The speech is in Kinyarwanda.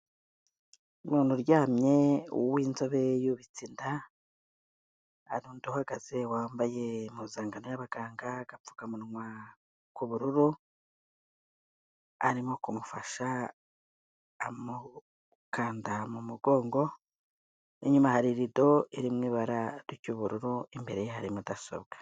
Umuntu uryamye, w'inzobe, yubitse inda, hari undi uhagaze wambaye impuzankano y'abaganga, agapfukamunwa k'ubururu, arimo kumufasha amukanda mu mugongo, inyuma hari irido iri mu ibara ry'ubururu, imbere ye hari mudasobwa.